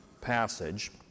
passage